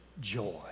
joy